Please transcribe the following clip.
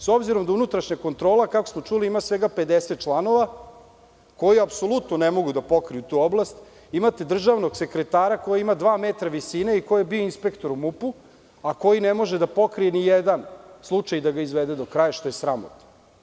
S obzirom da unutrašnja kontrola, kako smo čuli, ima svega 50 članova koji apsolutno ne mogu da pokriju tu oblast, imate državnog sekretara koji ima dva metra visine i koji je bio inspektor u MUP, a koji ne može da pokrije nijedan slučaj i da ga izvede do kraja, što je sramotno.